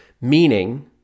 meaning